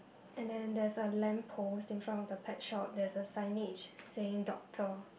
and then there's a lamp post in front of the pet shop there's a signage saying doctor